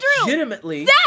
legitimately